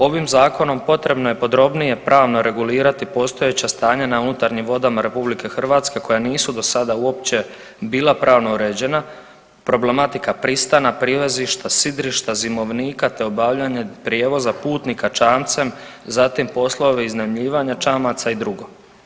Ovim zakonom potrebno je podrobnije pravno regulirati postojeća stanja na unutarnjim vodama RH koja nisu dosada uopće bila pravno uređenja, problematika pristana, privezišta, sidrišta, zimovnika, te obavljanja prijevoza putnika čamcem, zatim poslovi iznajmljivanja čamaca i drugo.